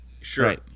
Sure